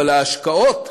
אבל ההשקעות